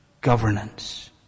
governance